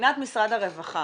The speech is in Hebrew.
מבחינת משרד הרווחה